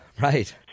Right